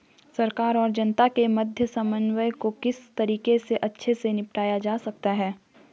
सरकार और जनता के मध्य समन्वय को किस तरीके से अच्छे से निपटाया जा सकता है?